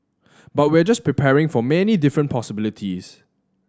but we're just preparing for many different possibilities